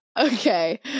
okay